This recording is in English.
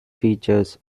features